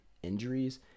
injuries